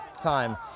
time